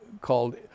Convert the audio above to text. called